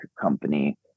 company